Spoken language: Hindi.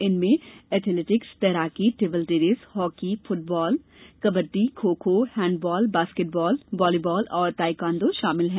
इनमें एथलेटिक्स तैराकी table tennis hockey football kabaddi kho kho handball basketball volleyball और ताइक्वांडो शामिल हैं